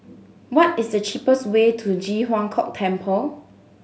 what is the cheapest way to Ji Huang Kok Temple